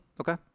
Okay